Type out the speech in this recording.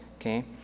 okay